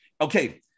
Okay